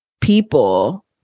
people